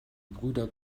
brüder